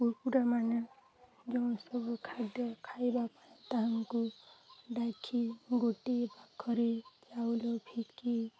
କୁକୁଡ଼ାମାନେ ଯେଉଁ ସବୁ ଖାଦ୍ୟ ଖାଇବା ପାଇଁ ତାହାଙ୍କୁ ଡାକି ଗୋଟିଏ ପାଖରେ ଚାଉଳ ଫିଙ୍ଗି